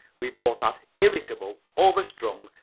we both had irritable, overstrung,